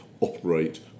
operate